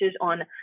on